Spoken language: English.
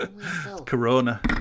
Corona